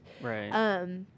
Right